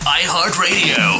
iHeartRadio